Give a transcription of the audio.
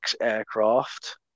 aircraft